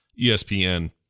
ESPN